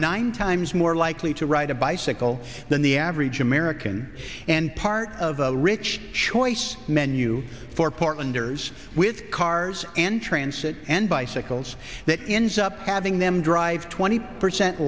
nine times more likely to ride a bicycle than the average american and part of a rich choice menu for portlanders with cars and transit and bicycles that into up having them drive twenty percent